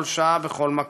בכל שעה ובכל מקום.